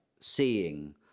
seeing